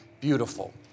beautiful